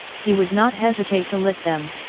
he would not hesitate to lick them.